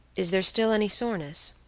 is there still any soreness?